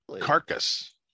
Carcass